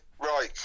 right